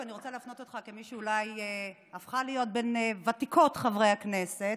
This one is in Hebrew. ואני רוצה להפנות אותך כמי שאולי נהפכה להיות בין ותיקות חברי הכנסת,